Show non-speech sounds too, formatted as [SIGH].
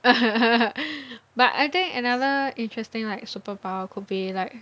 [LAUGHS] but I think another interesting like superpower could be like